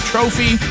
Trophy